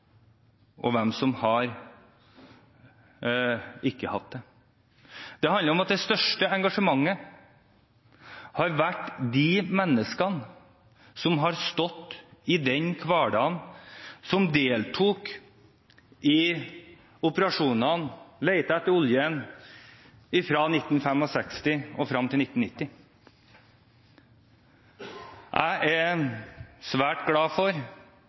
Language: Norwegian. og hvem som ikke har hatt det. Den handler om at det største engasjementet har vært hos de menneskene som sto i den hverdagen, deltok i operasjonene og lette etter oljen fra 1965 og fram til 1990. Jeg er svært glad for